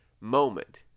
moment